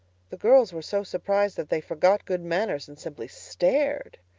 the girls were so surprised that they forgot good manners and simply stared.